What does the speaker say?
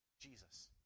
Jesus